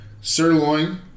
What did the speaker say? Sirloin